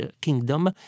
kingdom